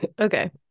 Okay